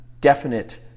definite